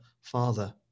Father